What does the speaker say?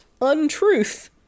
untruth